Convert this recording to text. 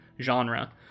genre